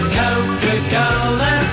coca-cola